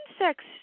insects